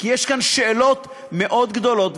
כי יש כאן שאלות מאוד גדולות.